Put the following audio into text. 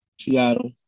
Seattle